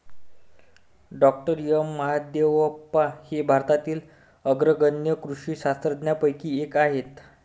डॉ M Mahadevappa हे भारतातील अग्रगण्य कृषी शास्त्रज्ञांपैकी एक आहेत